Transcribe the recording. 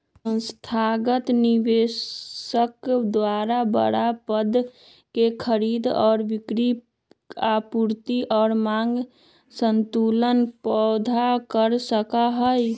संस्थागत निवेशक द्वारा बडड़ा पद के खरीद और बिक्री आपूर्ति और मांग असंतुलन पैदा कर सका हई